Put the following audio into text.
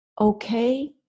okay